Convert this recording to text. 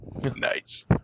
Nice